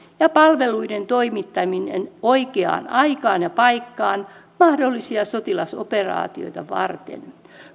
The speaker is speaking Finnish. ja palveluiden toimittaminen oikeaan aikaan ja paikkaan mahdollisia sotilasoperaatioita varten